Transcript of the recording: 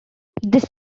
this